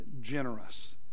generous